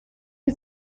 die